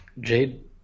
Jade